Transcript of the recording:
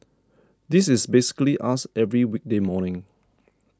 this is basically us every weekday morning